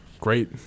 Great